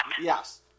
Yes